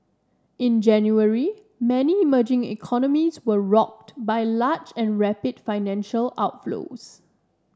in January many emerging economies were rocked by large and rapid financial outflows